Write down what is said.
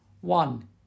One